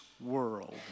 world